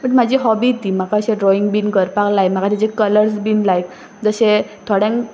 but म्हाजी hobby ती म्हाका अशें ड्रॉइंग बीन करपाक लायक म्हाका तेजे कलर्स बीन लायक जशे थोड्यांक